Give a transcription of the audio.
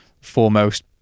foremost